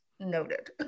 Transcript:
noted